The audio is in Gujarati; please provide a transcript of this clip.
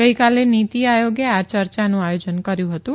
ગઇકાલે નીતી આયોગે આ ચર્ચાનું આયોજન કર્યું હતું